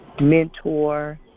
mentor